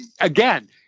again